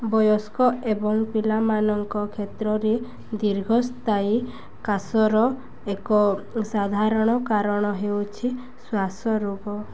ବୟସ୍କ ଏବଂ ପିଲାମାନଙ୍କ କ୍ଷେତ୍ରରେ ଦୀର୍ଘସ୍ଥାୟୀ କାଶର ଏକ ସାଧାରଣ କାରଣ ହେଉଛି ଶ୍ଵାସରୋଗ